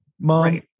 Mom